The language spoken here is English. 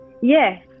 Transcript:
Yes